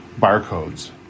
barcodes